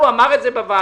הוא אמר את זה בוועדה,